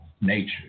nature